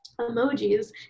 emojis